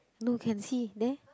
no can see there